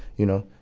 you know.